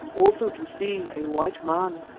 also to see a white man.